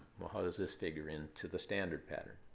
well, how does this figure into the standard pattern?